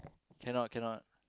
cannot cannot